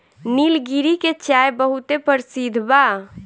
निलगिरी के चाय बहुते परसिद्ध बा